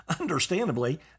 Understandably